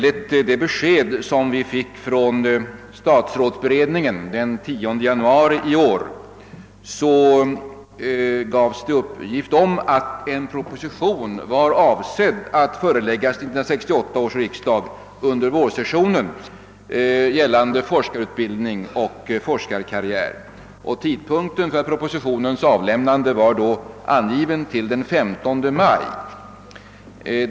I det besked som vi fick från statsrådsberedningen den 10 januari i år angavs emellertid att en proposition, gällande forskarutbildning och forskarkarriär, var avsedd att föreläggas 1968 års riksdag under vårsessionen, och tidpunkten för propositionens avlämnande angavs till den 15 maj.